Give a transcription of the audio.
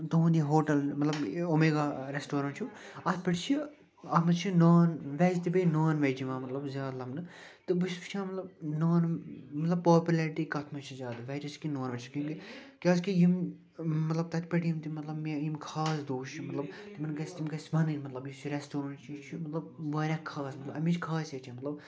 تُہٕنٛد یہِ ہوٹَل مطلب یہِ اُمیگا رٮ۪سٹورنٛٹ چھُ اَتھ پٮ۪ٹھ چھِ اَتھ منٛز چھِ نان وٮ۪ج تہِ بیٚیہِ نان وٮ۪ج یِوان مطلب زیادٕ لبنہٕ تہٕ بہٕ چھُس وٕچھان مطلب نان مطلب پاپُلیرٹی کَتھ منٛز چھِ زیادٕ وٮ۪جَس کِنہٕ نان وٮ۪جَس کیونکہ کیٛازِکہ یِم مطلب تَتہِ پٮ۪ٹھ یِن تِم مطلب مےٚ یِم خاص دوس چھِ مطلب تِمَن گژھِ تِم گژھِ وَنٕنۍ مطلب یُس یہِ رٮ۪سٹورنٛٹ چھِ یہِ چھُ مطلب واریاہ خاص مطلب اَمِچ خاصیت چھےٚ مطلب